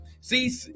see